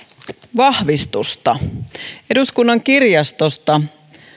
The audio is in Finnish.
vahvistusta eduskunnan kirjastosta